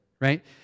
right